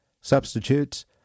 Substitutes